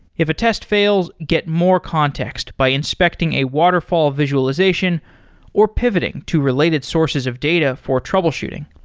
if a test fails, get more context by inspecting a waterfall visualization or pivoting to related sources of data for troubleshooting.